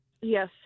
yes